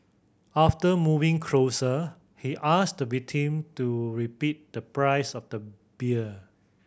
after moving closer he asked the victim to repeat the price of the beer